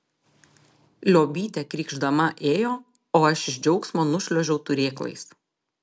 liobytė krykšdama ėjo o aš iš džiaugsmo nušliuožiau turėklais